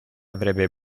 avrebbe